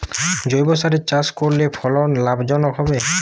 জৈবসারে চাষ করলে ফলন লাভজনক হবে?